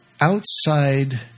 outside